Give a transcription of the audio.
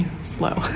slow